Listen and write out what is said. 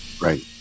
right